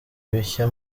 bishya